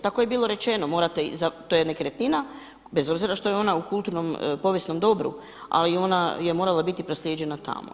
Tako je bilo rečeno morate, to je nekretnina, bez obzira što je ona u kulturnom povijesnom dobru ali ona je morala biti proslijeđena tamo.